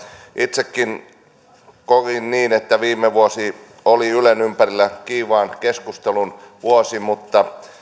itsekin koin niin että viime vuosi oli ylen ympärillä kiivaan keskustelun vuosi mutta